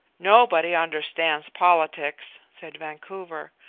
nobody understands politics, said vancouver.